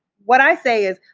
what i say is,